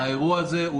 האירוע זה,